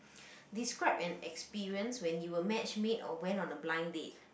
describe an experience when you were match made or went on a blind date